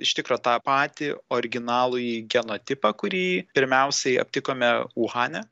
iš tikro tą patį originalųjį genotipą kurį pirmiausiai aptikome uhane